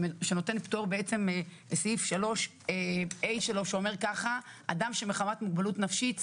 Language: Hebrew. שנותן פטור בעצם בסעיף 3 שאומר ככה: אדם שמחמת מוגבלות נפשית,